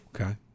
Okay